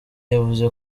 yavuze